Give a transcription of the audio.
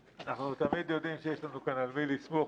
אנחנו יודעים שתמיד יש לנו כאן על מי לסמוך,